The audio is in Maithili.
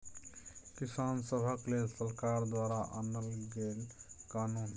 किसान सभक लेल सरकार द्वारा आनल गेल कानुन